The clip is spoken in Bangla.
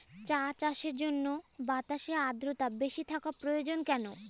চা চাষের জন্য বাতাসে আর্দ্রতা বেশি থাকা প্রয়োজন কেন?